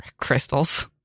crystals